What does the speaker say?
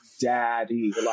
daddy